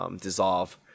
dissolve